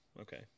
okay